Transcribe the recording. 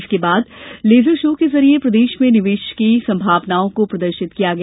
इसके बाद laser show के जरिए प्रदेश में निवेश की संभावनाओं को प्रदर्शित किया गया